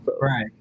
Right